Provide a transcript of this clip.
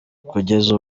kugeza